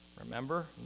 Remember